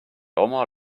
oma